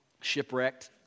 shipwrecked